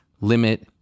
limit